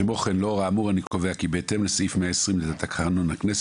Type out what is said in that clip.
כמו כן לאור האמור אני קובע כי בהתאם לסעיף 120 לתקנון הכנסת,